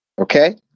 Okay